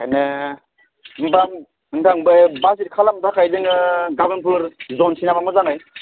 माने होनबा बाजेट खालामनो थाखाय जोङो गाबोनफोर जनोसै नामा मोजाङै